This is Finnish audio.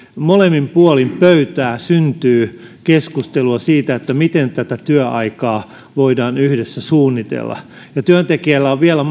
molemmin puolin pöytää syntyy keskustelua siitä miten tätä työaikaa voidaan yhdessä suunnitella työntekijällä on vielä